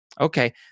Okay